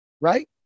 right